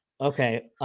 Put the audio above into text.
okay